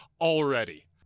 already